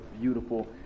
beautiful